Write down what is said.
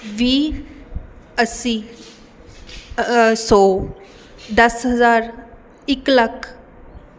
ਵੀਹ ਅੱਸੀ ਸੌ ਦਸ ਹਜ਼ਾਰ ਇੱਕ ਲੱਖ